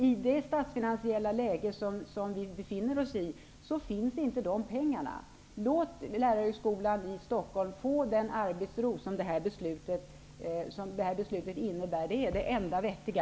I det statsfinansiella läge som vi befinner oss i, finns inte dessa pengar. Låt Lärarhögskolan i Stockholm få den arbetsro som det här beslutet innebär! Det är det enda vettiga.